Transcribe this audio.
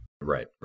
right